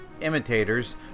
imitators